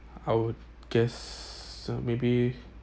I would guess uh maybe